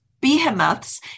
behemoths